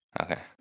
Okay